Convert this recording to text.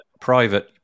private